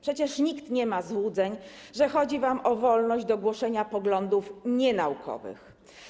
Przecież nikt nie ma złudzeń, że chodzi wam o wolność do głoszenia poglądów nienaukowych.